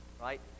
right